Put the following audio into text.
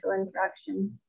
interaction